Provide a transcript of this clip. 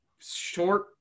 short